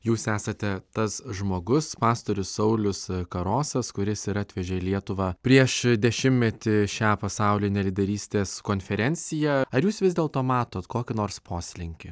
jūs esate tas žmogus pastorius saulius karosas kuris ir atvežė lietuvą prieš dešimtmetį šią pasaulinę lyderystės konferenciją ar jūs vis dėlto matot kokį nors poslinkį